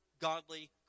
godly